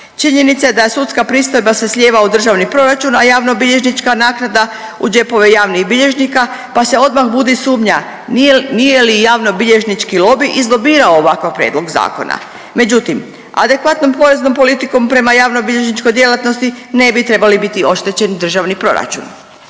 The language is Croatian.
Činjenica je da sudska pristojba se slijeva u Državni proračun, a javnobilježnička naknada u džepove javnih bilježnika pa se odmah budi sumnja nije li javnobilježnički lobij izlobirao ovakav prijedlog zakona. Međutim, adekvatnom poreznom politikom prema javnobilježničkoj djelatnosti ne bi trebali biti oštećen Državni proračun.